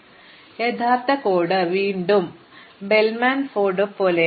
അതിനാൽ യഥാർത്ഥ കോഡ് വീണ്ടും ബെൽമാൻ ഫോർഡ് പോലെയാണ്